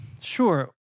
sure